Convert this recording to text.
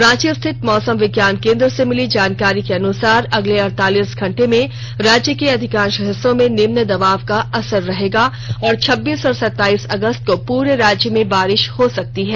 रांची स्थित मौसम विज्ञान केंद्र से मिली जानकारी के अनुसार अगले अड़तालीस घंटे में राज्य के अधिकांष हिस्सों में निम्न दबाव का असर रहेगा और छब्बीस और सताईस अगस्त को पूरे राज्य में बारिष हो सकती है